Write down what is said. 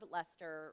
Lester